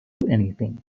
anything